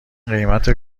قیمت